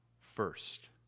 first